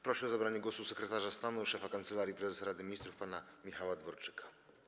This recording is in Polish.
Proszę o zabranie głosu sekretarza stanu, szefa Kancelarii Prezesa Rady Ministrów pana Michała Dworczyka.